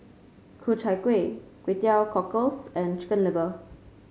Ku Chai Kueh Kway Teow Cockles and Chicken Liver